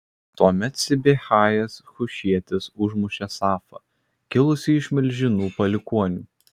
tuomet sibechajas hušietis užmušė safą kilusį iš milžinų palikuonių